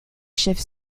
chefs